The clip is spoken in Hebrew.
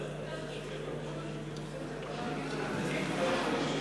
שב בבקשה, חברך רוצה לדבר.